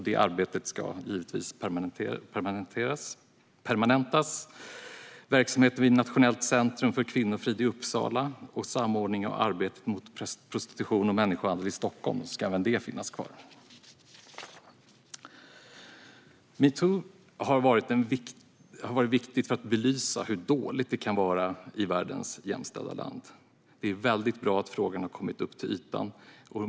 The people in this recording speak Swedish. Detta arbete ska givetvis permanentas. Verksamheten vid Nationellt centrum för kvinnofrid i Uppsala och samordningen av arbetet mot prostitution och människohandel i Stockholm ska även dessa finnas kvar. Metoo har varit viktigt för att belysa hur dåligt det kan vara i världens mest jämställda land. Det är väldigt bra att frågorna har kommit upp till ytan.